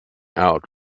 out